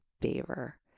favor